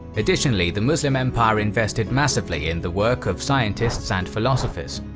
additionally, the muslim empire invested massively in the work of scientists and philosophers.